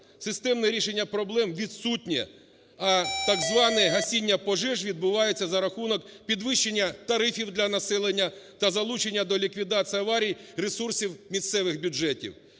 Системне рішення проблем відсутнє, а так зване гасіння пожеж відбувається за рахунок підвищення тарифів для населення та залучення до ліквідації аварії ресурсів місцевих бюджетів.